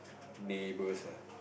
neighbors ah